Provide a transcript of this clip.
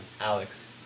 Alex